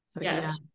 Yes